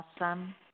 awesome